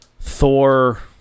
Thor